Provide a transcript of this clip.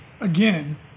again